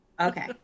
Okay